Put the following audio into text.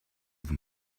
vous